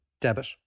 debit